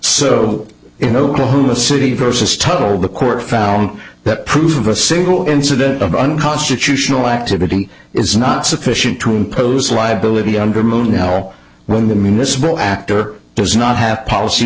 so in oklahoma city versus total the court found that proof of a single incident of unconstitutional activity is not sufficient to impose liability under a moon now when the municipal actor does not have a policy